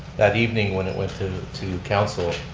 that evening when it went to to council,